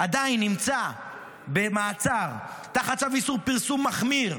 עדיין נמצא במעצר תחת צו איסור פרסום מחמיר,